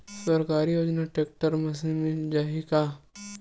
सरकारी योजना tractor machine मिल जाही का?